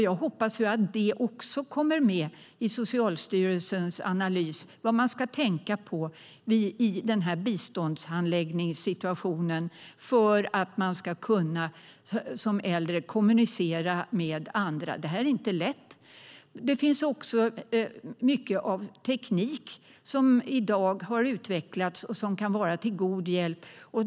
Jag hoppas ju att det också kommer med i Socialstyrelsens analys, vad man ska tänka på i den här biståndshandläggningssituationen för att den äldre ska kunna kommunicera med andra. Det här är inte lätt. Det finns i dag också mycket teknik som har utvecklats och som kan vara till god hjälp.